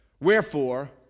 Wherefore